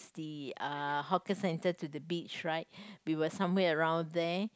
the uh hawker center to the beach right we were somewhere around there